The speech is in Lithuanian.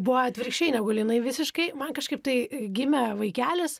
buvo atvirkščiai negu linai visiškai man kažkaip tai gimė vaikelis